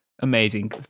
Amazing